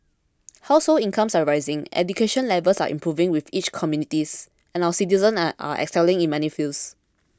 household incomes are rising education levels are improving within each communities and our citizens are excelling in many fields